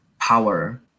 power